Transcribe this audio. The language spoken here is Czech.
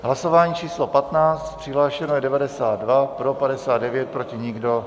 Hlasování číslo 15, přihlášeno je 92, pro 59, proti nikdo.